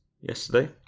yesterday